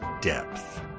depth